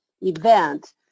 event